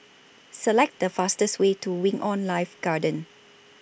Select The fastest Way to Wing on Life Garden